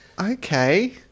Okay